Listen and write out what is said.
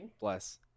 bless